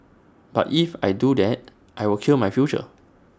but if I do that I will kill my future